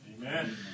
amen